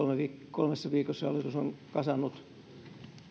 kolmessa viikossa hallitus on kasannut